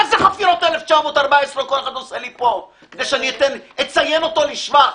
מה זה חפירות 1914 כל אחד עושה לי פה כדי שאציין אותו לשבח?